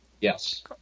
Yes